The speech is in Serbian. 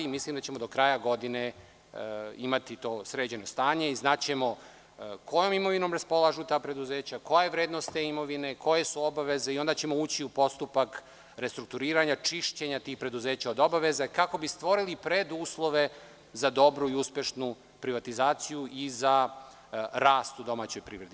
Mislim da ćemo do kraja godine imati to sređeno stanje i znaćemo kojom imovinom raspolažu ta preduzeća, koja je vrednost te imovine, koje su obaveze i onda ćemo ući u postupak restrukturiranja, čišćenja tih preduzeća od obaveza, kako bi se stvorili preduslovi za dobru i uspešnu privatizaciju i za rast u domaćom privredi.